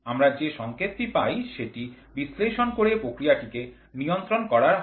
আমরা যে সংকেতটি পাই সেটি বিশ্লেষণ করে প্রক্রিয়াটিকে নিয়ন্ত্রণ করা হয়